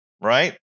right